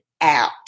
out